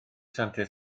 santes